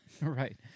Right